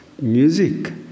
music